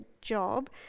job